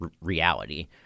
reality